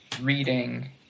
reading